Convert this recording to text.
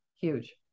huge